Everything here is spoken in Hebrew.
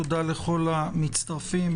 תודה לכל המצטרפים,